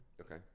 Okay